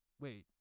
Wait